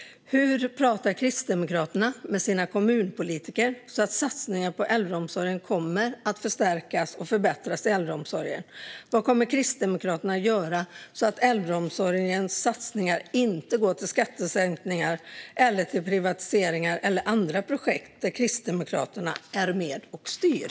Hur pratar Kristdemokraterna med sina kommunpolitiker så att satsningar på äldreomsorgen kommer att förstärka och förbättra äldreomsorgen? Vad kommer Kristdemokraterna att göra för att se till att äldreomsorgens satsningar inte går till skattesänkningar, privatiseringar eller andra projekt där Kristdemokraterna är med och styr?